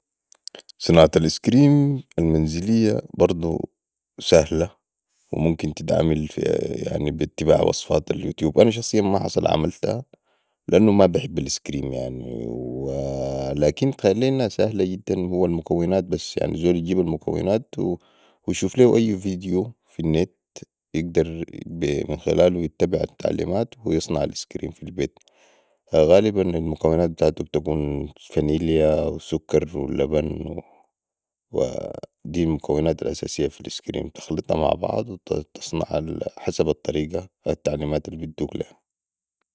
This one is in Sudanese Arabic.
صناعة الاسكريم المنزلية برضو ساهله وممكن تتعمل في بي اتباع وصفات من اليوتيوب أنا شخصيا ماحصل عملتها لأنو مابحب الآيس كريم يعني لاكن اتخيل لي انها ساهله جدا هو المكونات بس الزول بجيب المكونات ويشوف ليهو أي فيديو في النت يقدر من خلال يتبع التعليمات ويصنع الايسكريم في البيت غالباً المكونات بتاعتو بتكون فنليا وكسر ولبن دي المكونات الأساسية في الايسكريم تخلطا مع بعض وتصنع حسب الطريقه والتعليمات البدوك ليها